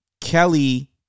Kelly